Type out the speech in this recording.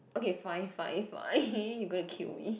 okay fine fine fine you're gonna kill me